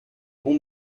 bon